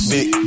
Big